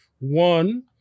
one